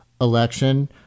election